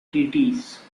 treaties